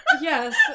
Yes